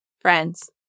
Friends